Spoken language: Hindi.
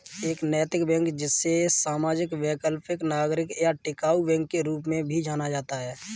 एक नैतिक बैंक जिसे सामाजिक वैकल्पिक नागरिक या टिकाऊ बैंक के रूप में भी जाना जाता है